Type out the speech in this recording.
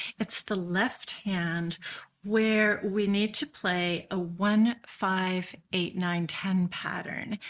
it's the left hand where we need to play a one five eight nine ten pattern.